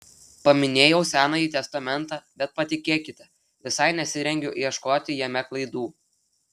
paminėjau senąjį testamentą bet patikėkite visai nesirengiu ieškoti jame klaidų